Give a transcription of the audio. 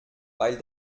weil